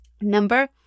number